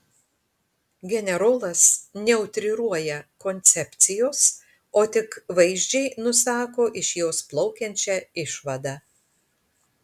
generolas neutriruoja koncepcijos o tik vaizdžiai nusako iš jos plaukiančią išvadą